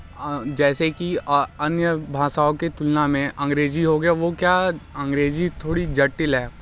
जैसे कि अन्य भाषाओं की तुलना में अंग्रेज़ी हो गया वो क्या अंग्रेज़ी थोड़ी जटिल है